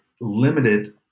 limited